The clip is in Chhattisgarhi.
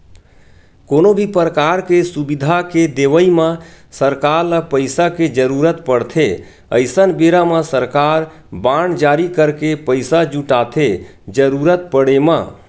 कोनो भी परकार के सुबिधा के देवई म सरकार ल पइसा के जरुरत पड़थे अइसन बेरा म सरकार बांड जारी करके पइसा जुटाथे जरुरत पड़े म